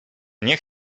nie